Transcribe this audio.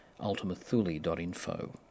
ultimathuli.info